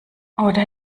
oder